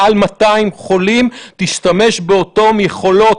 מעל 200 חולים תשתמש באותן יכולות,